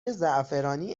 زعفرانی